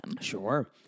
Sure